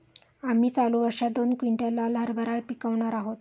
आम्ही चालू वर्षात दोन क्विंटल लाल हरभरा पिकावणार आहोत